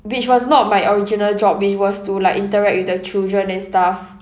which was not my original job which was to like interact with the children and stuff